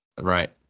right